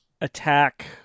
attack